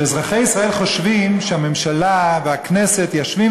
שאזרחי ישראל חושבים שהממשלה והכנסת יושבות